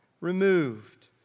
removed